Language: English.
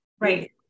Right